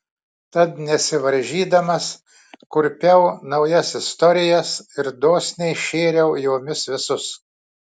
tad nesivaržydamas kurpiau naujas istorijas ir dosniai šėriau jomis visus